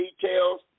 details